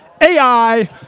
AI